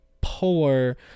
poor